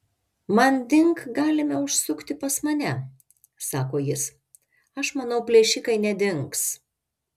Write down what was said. manding galime užsukti pas mane sako jis aš manau plėšikai nedings